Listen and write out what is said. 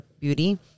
Beauty